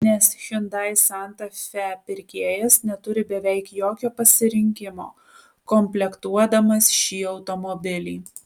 nes hyundai santa fe pirkėjas neturi beveik jokio pasirinkimo komplektuodamas šį automobilį